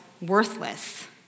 worthless